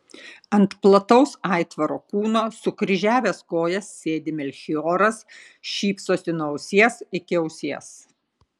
ant plataus aitvaro kūno sukryžiavęs kojas sėdi melchioras šypsosi nuo ausies iki ausies